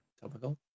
topical